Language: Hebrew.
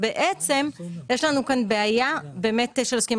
בעצם יש לנו כאן בעיה של עוסקים.